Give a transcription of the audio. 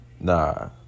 Nah